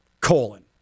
colon